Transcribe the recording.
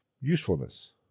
usefulness